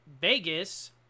Vegas